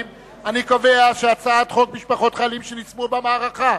חוק משפחות חיילים שנספו במערכה